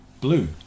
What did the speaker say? Blue